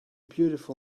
beautiful